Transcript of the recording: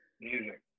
music